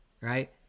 right